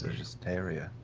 just scarier.